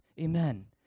Amen